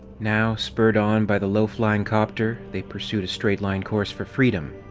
now, spurred on by the low-flying copter, they pursued a straight line course for freedom.